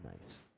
nice